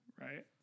right